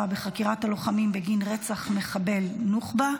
בחקירת הלוחמים בגין רצח מחבל נוח'בה,